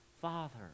Father